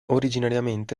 originariamente